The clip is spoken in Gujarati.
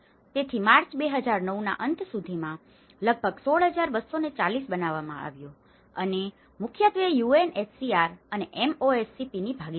તેથી માર્ચ 2009 ના અંત સુધીમાં તે લગભગ 16 240 બનાવવામાં આવ્યું હતું અને મુખ્યત્વે યુએનએચસીઆર અને એમઓએસપીની ભાગીદારીથી